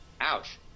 Ouch